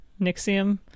Nixium